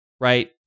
Right